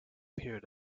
period